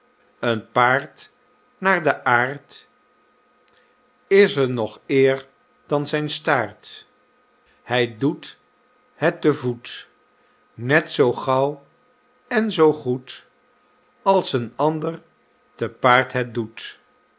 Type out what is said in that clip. een paard naar den aart is er nog eer dan zijn staart hy doet het te voet net zoo gauw en zoo goed als een ander te paard het doet